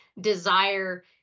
desire